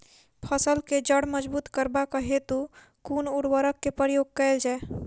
फसल केँ जड़ मजबूत करबाक हेतु कुन उर्वरक केँ प्रयोग कैल जाय?